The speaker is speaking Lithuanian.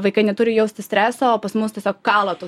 vaikai neturi jausti streso o pas mus tiesiog kala tų